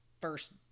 first